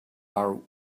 are